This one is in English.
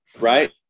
right